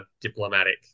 diplomatic